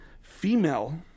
female